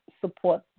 support